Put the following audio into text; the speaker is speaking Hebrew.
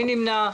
מי נמנע?